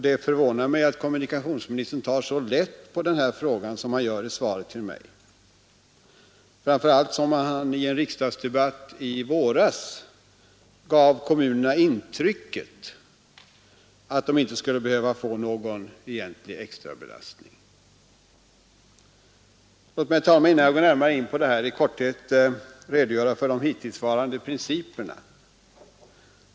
Det förvånar mig att kommunikationsministern tar så lätt på denna fråga som han gör i svaret till mig, framför allt som han i en interpellationsdebatt i våras gav kommunerna intrycket att de inte skulle behöva få någon egentlig extra belastning. Låt mig, herr talman, innan jag går närmare in på detta i korthet redogöra för de hittillsvarande principerna.